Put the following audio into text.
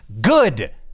good